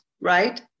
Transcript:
right